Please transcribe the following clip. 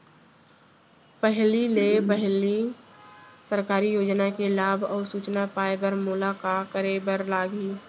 पहिले ले पहिली सरकारी योजना के लाभ अऊ सूचना पाए बर मोला का करे बर लागही?